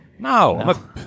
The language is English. No